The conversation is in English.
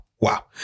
Wow